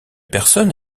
personne